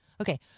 Okay